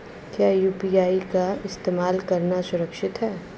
क्या यू.पी.आई का इस्तेमाल करना सुरक्षित है?